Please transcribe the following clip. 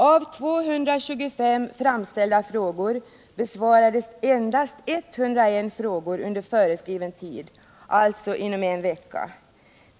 Av 225 framställda frågor besvarades endast 101 frågor under föreskriven tid, alltså inom en vecka.